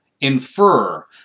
infer